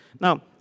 Now